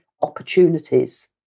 opportunities